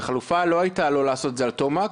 החלופה לא הייתה לא לעשות את זה על תומקס,